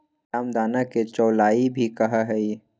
रामदाना के चौलाई भी कहा हई